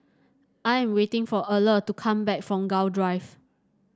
I am waiting for Erle to come back from Gul Drive